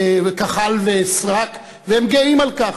כחל ושרק, והם גאים על כך.